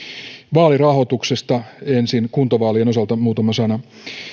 vaalirahoituksesta ensin kuntavaalien osalta muutama sana